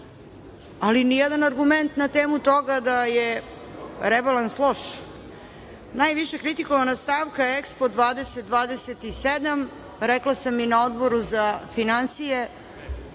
ali nijedan argument na temu toga da je rebalans loš. Najviše kritikovana je stavka EKSPO 2027, rekla sam i na Odboru za finansije,